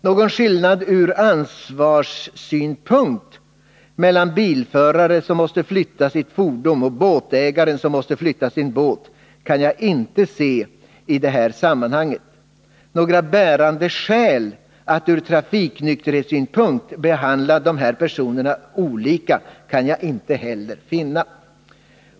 Någon skillnad ur ansvarssynpunkt mellan bilföraren som måste flytta sitt fordon och båtägaren som måste flytta sin båt kan jag inte se i det här sammanhanget. Några bärande skäl att ur trafiknykterhetssynpunkt behandla de här personerna olika kan jag inte heller finna.